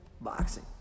Boxing